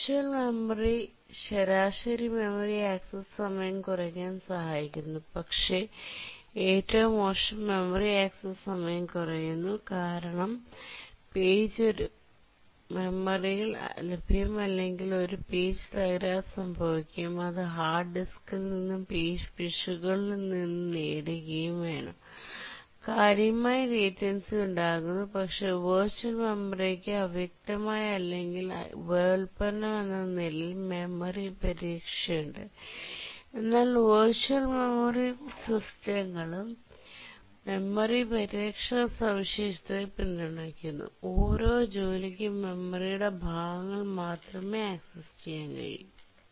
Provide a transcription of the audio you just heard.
virtual memory ശരാശരി memory access സമയം കുറയ്ക്കാൻ സഹായിക്കുന്നു പക്ഷേ ഏറ്റവും മോശം മെമ്മറി ആക്സസ് സമയം കുറയുന്നു കാരണം പേജ് ഒരു മെമ്മറിയിൽ ലഭ്യമല്ലെങ്കിൽ ഒരു പേജ് തകരാർ സംഭവിക്കുകയും അത് ഹാർഡ് ഡിസ്കിൽ നിന്നും പേജ് പിശകുകളിൽ നിന്നും നേടുകയും വേണം കാര്യമായ ലേറ്റൻസി ഉണ്ടാകുന്നു പക്ഷേ വിർച്വൽ മെമ്മറിക്ക് അവ്യക്തമായ അല്ലെങ്കിൽ ഉപോൽപ്പന്നമെന്ന നിലയിൽ മെമ്മറി പരിരക്ഷയുണ്ട് എല്ലാ വിർച്വൽ മെമ്മറി സിസ്റ്റങ്ങളും മെമ്മറി പരിരക്ഷണ സവിശേഷതയെ പിന്തുണയ്ക്കുന്നു ഓരോ ജോലിക്കും മെമ്മറിയുടെ ഭാഗങ്ങൾ മാത്രമേ ആക്സസ് ചെയ്യാൻ കഴിയൂ